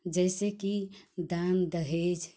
जैसे कि दान दहेज